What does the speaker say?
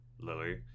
Lily